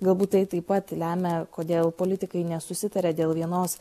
galbūt tai taip pat lemia kodėl politikai nesusitaria dėl vienos